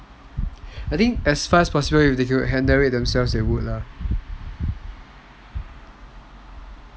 I mean as far as possible if they can handle it themselves they would lah